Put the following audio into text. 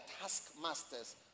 taskmasters